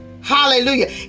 Hallelujah